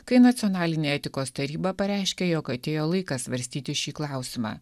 kai nacionalinė etikos taryba pareiškė jog atėjo laikas svarstyti šį klausimą